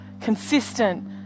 consistent